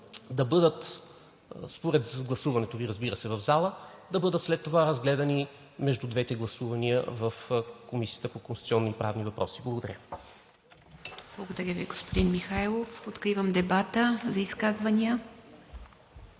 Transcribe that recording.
според гласуването Ви, разбира се, в залата, да бъдат след това разгледани между двете гласувания в Комисията по конституционни и правни въпроси. Благодаря. ПРЕДСЕДАТЕЛ ИВА МИТЕВА: Благодаря Ви, господин Михайлов. Откривам дебата. Изказвания?